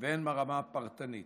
והן ברמה הפרטנית.